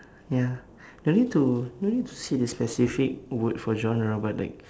ya no need to no need to say the specific word for genre but like